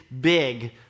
big